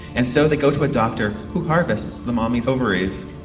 and so they go to a doctor who harvests the mommy's ovaries.